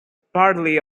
partly